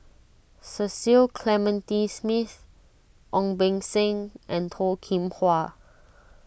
Cecil Clementi Smith Ong Beng Seng and Toh Kim Hwa